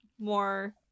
more